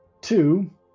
two